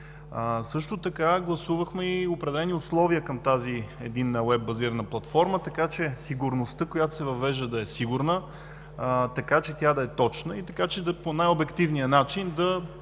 Също така гласувахме и определени условия към тази единна уеб-базирана платформа, така че сигурността, която се въвежда, да е сигурна, така че тя да е точна и така че по най-обективния начин да